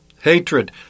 hatred